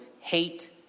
hate